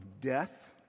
death